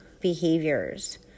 behaviors